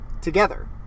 Together